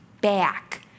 back